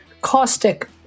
caustic